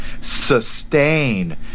sustain